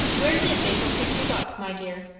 where did basil pick you up, my dear?